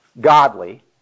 godly